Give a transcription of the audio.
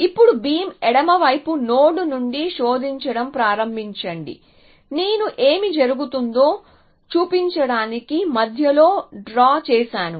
ఇప్పుడు బీమ్ ఎడమవైపు నోడ్ నుండి శోధించడం ప్రారంభించండి నేను ఏమి జరిగిందో చూపించడానికి మధ్యలో డ్రా చేసాను